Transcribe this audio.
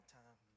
time